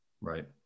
Right